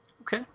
Okay